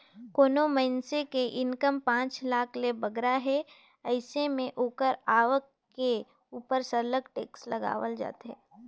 कोनो मइनसे के इनकम पांच लाख ले बगरा हे अइसे में ओकर आवक के उपर सरलग टेक्स लगावल जाथे